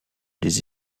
des